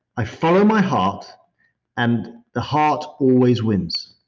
i follow my heart and the heart always wins.